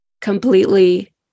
completely